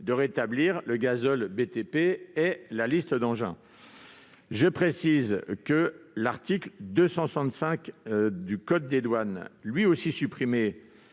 à rétablir le gazole BTP et la liste d'engins. Je précise qu'un alinéa de l'article 265 du code des douanes, lui aussi supprimé,